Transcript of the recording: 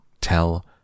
Tell